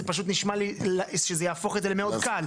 זה פשוט נשמע לי שזה יהפוך את זה למאוד קל.